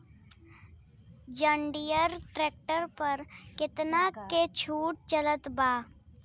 जंडियर tractor पर कितना के छूट चलत बा?